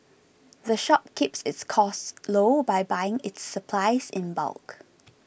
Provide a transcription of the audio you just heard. the shop keeps its costs low by buying its supplies in bulk